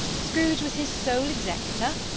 scrooge was his sole executor,